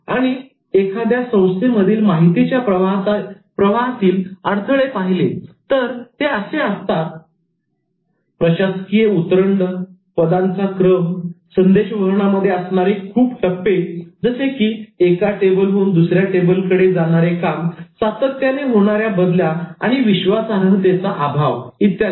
आणि एखाद्या संस्थे मधील माहितीच्या प्रवाहातील अडथळे पाहिले तर ते असे असतात प्रशासकीय उतरंड पदांचा क्रम संदेश वहनामध्ये असणारे खूप टप्पे जसे की एका टेबल होऊन दुसऱ्या टेबल कडे सातत्याने होणाऱ्या बदल्या आणि विश्वासार्हतेचा अभाव इत्यादी